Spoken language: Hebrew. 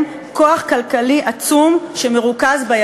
כך של המשטרה מצד שני, להוציא ממנו שמות ולחסל